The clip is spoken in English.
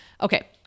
Okay